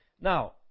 now